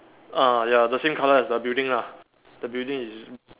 ah ya the same colour as the building lah the building is